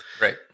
right